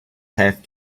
have